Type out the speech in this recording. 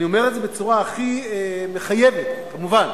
אני אומר את זה בצורה הכי מחייבת, כמובן,